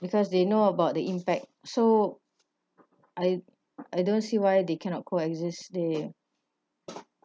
because they know about the impact so I I don't see why they cannot coexist they